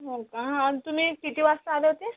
हो का तुम्ही किती वाजता आले होते